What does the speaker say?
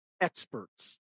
experts